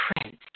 prince